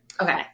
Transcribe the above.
Okay